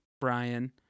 Brian